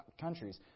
countries